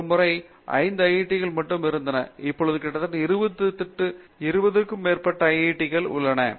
ஒரு முறை 5 ஐஐடிக்கள் மட்டும் இருந்தன இப்பொழுது கிட்டத்தட்ட 20 க்கும் மேற்பட்ட ஐஐடிக்கள் உள்ளன